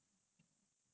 okay